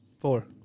Four